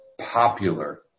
popular